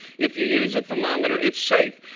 if you use a thermometer, it's safe.